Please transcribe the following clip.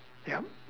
yup